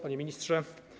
Panie Ministrze!